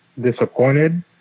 disappointed